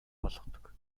болгодог